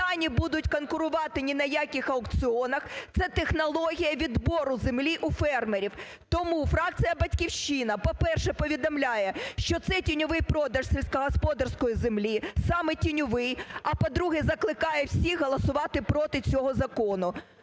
стані будуть конкурувати ні на яких аукціонах. Це технологія відбору землі у фермерів. Тому фракція "Батьківщина", по-перше, повідомляє, що це тіньовий продаж сільськогосподарської землі, саме тіньовий. А, по-друге, закликає всіх голосувати проти цього закону.